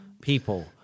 people